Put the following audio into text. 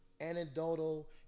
anecdotal